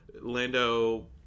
lando